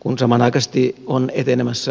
kun samanaikaisesti on etenemässä monta uudistusprosessin osaa